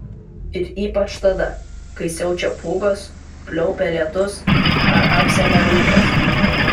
ir ypač tada kai siaučia pūgos pliaupia lietūs ar apsemia rūkas